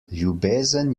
ljubezen